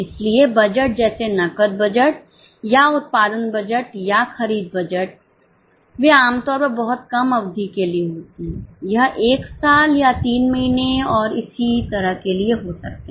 इसलिए बजट जैसे नकद बजट या उत्पादन बजट या खरीद बजट वे आमतौर पर बहुत कम अवधि के लिए होते हैं यह 1 साल या 3 महीने और इसी तरह के लिए हो सकते हैं